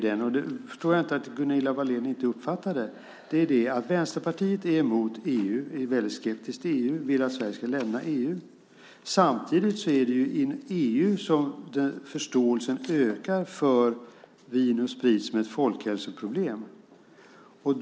Jag förstår inte att Gunilla Wahlén inte uppfattade min poäng. Poängen är att Vänsterpartiet är emot EU, är väldigt skeptiskt till EU och vill att Sverige ska lämna EU. Samtidigt är det i EU som förståelsen för vin och sprit som ett folkhälsoproblem ökar.